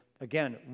again